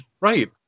Right